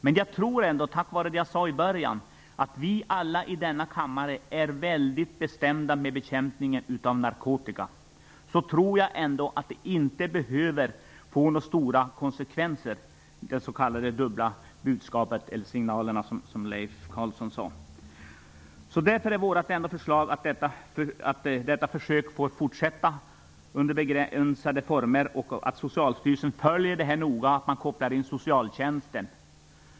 Men jag tror ändå att vi alla i denna kammare är väldigt bestämda när det gäller bekämpningen av narkotika. Därför tror jag att det s.k. dubbla budskapet eller de signaler som Leif Carlson talade om inte behöver få några stora konsekvenser. Vårt förslag är att detta försök får fortsätta under ordnade former och att Socialstyrelsen noga skall följa detta. Även socialtjänsten skall inkopplas.